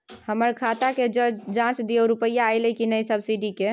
हमर खाता के ज जॉंच दियो रुपिया अइलै की नय सब्सिडी के?